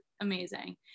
Amazing